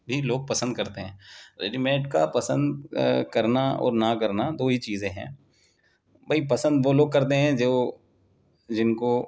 بھی لوگ پسند کرتے ہیں ریڈیمیڈ کا پسند کرنا اور نہ کرنا دو ہی چیزیں ہیں بھائی پسند وہ لوگ کرتے ہیں جو جن کو